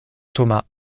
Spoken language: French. thomas